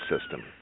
system